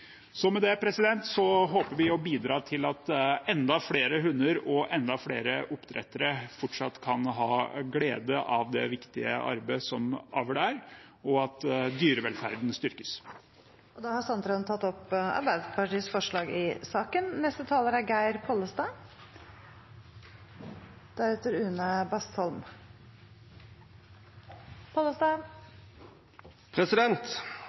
Med det håper vi å bidra til at enda flere hunder og enda flere oppdrettere fortsatt kan ha glede av det viktige arbeidet som avl er, og at dyrevelferden styrkes. Jeg tar opp forslaget fra Arbeiderpartiet. Representanten Nils Kristen Sandtrøen har tatt opp Arbeiderpartiets forslag i saken.